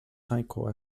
cycle